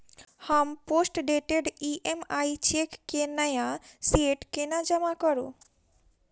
हम postdated EMI cheque केँ नया सेट केना जमा करू?